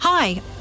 Hi